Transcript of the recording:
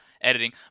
editing